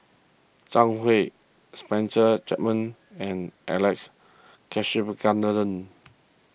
Zhang Hui Spencer Chapman and Alex Abisheganaden